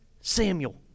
Samuel